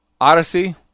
Odyssey